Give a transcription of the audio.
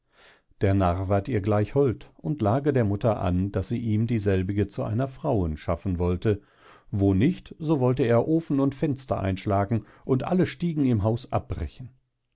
der narr ward ihr gleich hold und lage der mutter an daß sie ihm dieselbige zu einer frauen schaffen wollte wo nicht so wollte er ofen und fenster einschlagen und alle stiegen im haus abbrechen